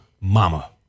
mama